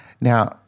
Now